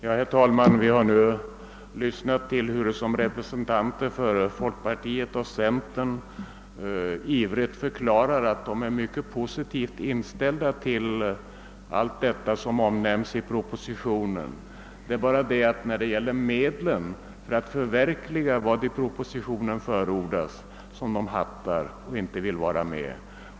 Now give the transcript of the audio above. Herr talman! Vi har här lyssnat till hur representanter för folkpartiet och centern ivrigt förklarar att de är mycket positivt inställda till allt det som omnämns i propositionen. Men när det gäller medlen att förverkliga vad som i propositionen förordas har de olika meningar och vill inte vara med.